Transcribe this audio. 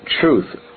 truth